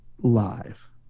live